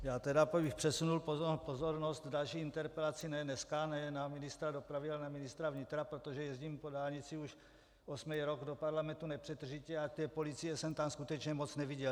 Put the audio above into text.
Já tedy bych přesunul pozornost k další interpelaci ne dneska, ne na ministra dopravy, ale na ministra vnitra, protože jezdím po dálnici už osmý rok do parlamentu nepřetržitě a té policie jsem tam skutečně moc neviděl.